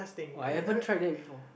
oh I haven't tried that before